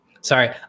Sorry